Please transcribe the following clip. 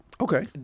Okay